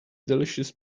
delicious